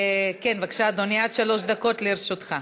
בבקשה, אדוני, עד שלוש דקות לרשותך.